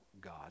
God